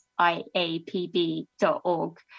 IAPB.org